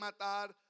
matar